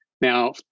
Now